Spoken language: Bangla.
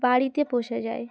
বাড়িতে পষে যায়